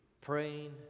praying